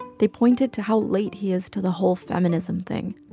they pointed to how late he is to the whole feminism thing.